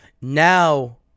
Now